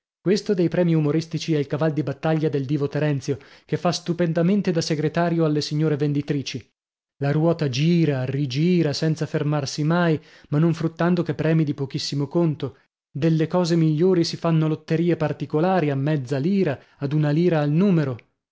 questo dei premi umoristici è il caval di battaglia del divo terenzio che fa stupendamente da segretario alle signore venditrici la ruota gira rigira senza fermarsi mai ma non fruttando che premi di pochissimo conto delle cose migliori si fanno lotterie particolari a mezza lira a una lira al numero